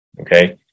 Okay